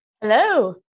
Hello